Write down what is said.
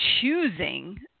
choosing